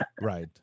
Right